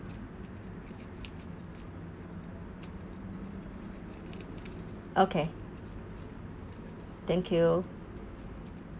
okay thank you